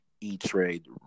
E-Trade